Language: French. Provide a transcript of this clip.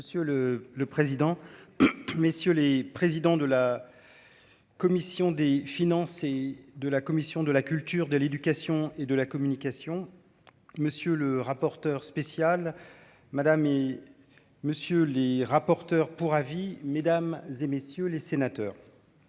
Monsieur le le président, messieurs les présidents de la commission des finances et de la commission de la culture, de l'éducation et de la communication, monsieur le rapporteur spécial madame et monsieur les rapporteurs pour avis, mesdames et messieurs les sénateurs.